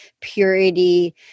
purity